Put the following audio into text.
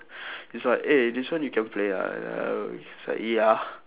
he's like eh this one you can play ah he's like ya